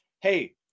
hey